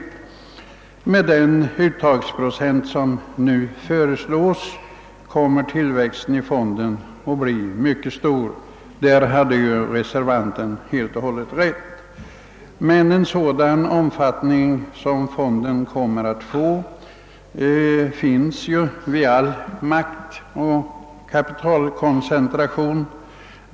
Med den uttagsprocent som nu föreslås: kommer tillväxten av fonden att bli mycket stor; därvidlag var vad som uttalades i reservationen helt och hållet riktigt. Men den risk som uppkommer "på grund av fondens omfattning föreligger ju vid all maktoch kapital koncentration.